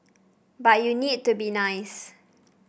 but you need to be nice